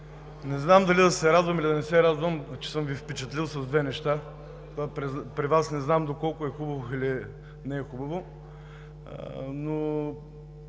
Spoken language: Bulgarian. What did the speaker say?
не знам дали да се радвам, или да не се радвам, че съм Ви впечатлил с две неща. Не знам това при Вас доколко е хубаво или не е хубаво,